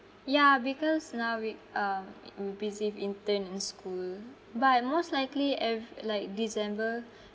ya because now we um we busy with intern and school but most likely ev~ like december